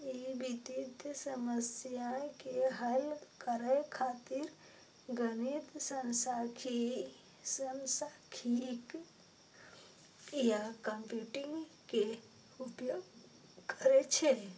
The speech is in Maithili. ई वित्तीय समस्या के हल करै खातिर गणित, सांख्यिकी आ कंप्यूटिंग के उपयोग करै छै